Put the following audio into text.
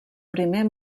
primer